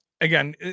again